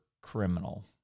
criminal